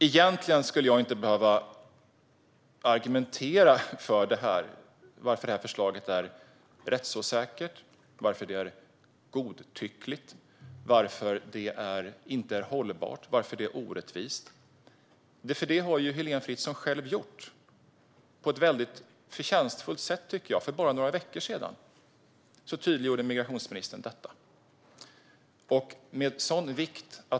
Egentligen skulle jag inte behöva argumentera för varför det här förslaget är rättsosäkert, godtyckligt, ohållbart och orättvist. Det har nämligen Heléne Fritzon gjort själv på ett väldigt förtjänstfullt sätt. För bara några veckor sedan tydliggjorde migrationsministern detta.